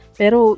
pero